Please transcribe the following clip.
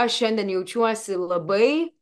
aš šiandien jaučiuosi labai